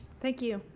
thank you.